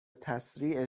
تسریع